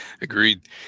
agreed